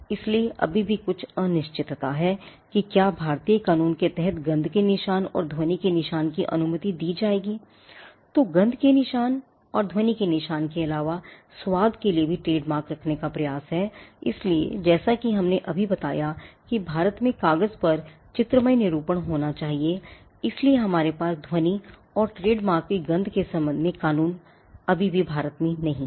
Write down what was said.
इसलिए हमारे पास ध्वनि और ट्रेडमार्क की गंध के संबंध में कानून अभी भी भारत में नहीं हैं